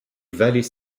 vallées